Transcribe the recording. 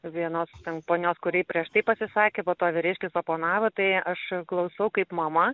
vienos ten ponios kuri prieš tai pasisakė po to vyriškis oponavo tai aš klausau kaip mama